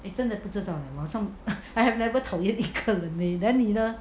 eh 真的不知道 eh 我好像 I have never 讨厌一个人 leh then 你呢